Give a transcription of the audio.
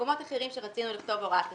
במקומות אחרים שרצינו לכתוב הוראת תשלום,